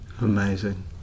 Amazing